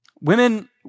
Women